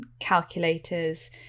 calculators